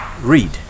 read